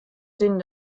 denen